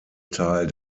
teil